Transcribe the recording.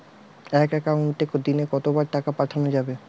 এক একাউন্টে দিনে কতবার টাকা পাঠানো যাবে?